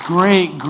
Great